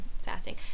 fasting